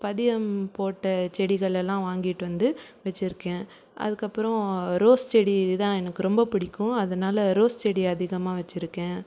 பதியம் போட்ட செடிகளெல்லாம் வாங்கிட்டு வந்து வச்சுருக்கேன் அதுக்கப்புறம் ரோஸ் செடி தான் எனக்கு ரொம்ப பிடிக்கும் அதனால ரோஸ் செடி அதிகமாக வச்சுருக்கேன்